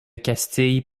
castille